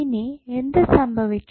ഇനി എന്തു സംഭവിക്കും